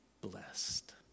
blessed